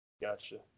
gotcha